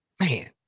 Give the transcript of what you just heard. man